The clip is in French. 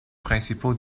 principaux